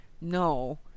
No